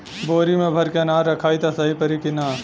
बोरी में भर के अनाज रखायी त सही परी की ना?